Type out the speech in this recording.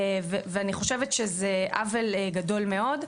ואני חושבת זה עוול גדול מאוד.